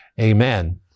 amen